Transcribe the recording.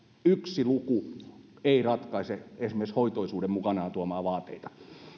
yksi luku ei ratkaise esimerkiksi hoitoisuuden mukanaan tuomia vaateita